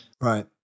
Right